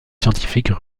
scientifiques